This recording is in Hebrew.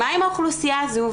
מה עם האוכלוסייה הזו?